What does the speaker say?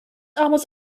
almost